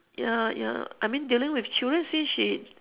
ya ya I mean dealing with children since she